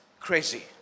crazy